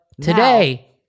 today